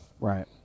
Right